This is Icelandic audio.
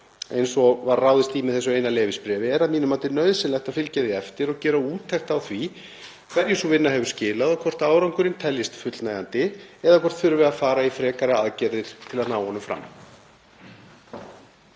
eins og var ráðist í með þessu eina leyfisbréfi, er að mínu mati nauðsynlegt að fylgja því eftir og gera úttekt á því hverju sú vinna hefur skilað og hvort árangurinn teljist fullnægjandi eða hvort það þurfi að fara í frekari aðgerðir til að ná honum fram.